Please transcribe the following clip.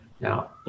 now